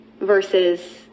versus